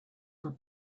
were